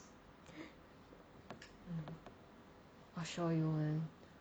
I'll show you man